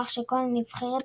כך שכל נבחרת